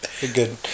Good